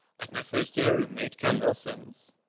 like my first year roommate kendall sims,